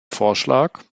vorschlag